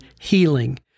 healing